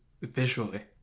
visually